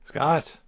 Scott